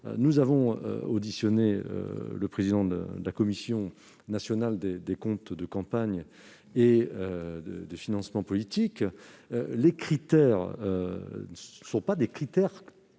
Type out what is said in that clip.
Nous avons auditionné le président de la Commission nationale des comptes de campagne et des financements politiques : les critères ne sont pas clairs